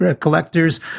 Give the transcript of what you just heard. collectors